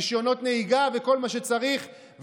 רישיונות נהיגה וכל מה שצריך,